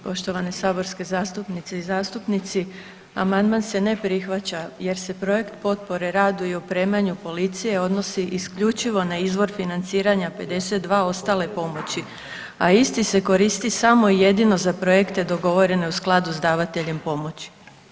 Poštovane saborske zastupnice i zastupnici, amandman se ne prihvaća jer se projekt potpore radu i opremanju policije odnosi isključivo na izvor financiranja 52. ostale pomoći, a isti se koristi samo jedino za projekte dogovorene u skladu s davateljem pomoći.